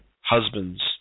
husbands